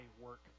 work